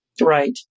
Right